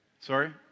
Sorry